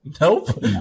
Nope